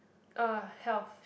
uh health